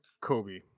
Kobe